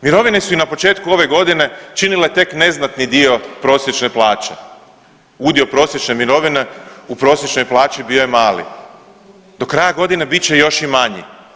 Mirovine su i na početku ove godine činile tek neznatni dio prosječne plaće, udio prosječne mirovine u prosječnoj plaći bio je mali, do kraja godine bit će još i manji.